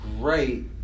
great